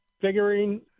figuring